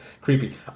creepy